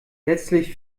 letztlich